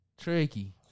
Tricky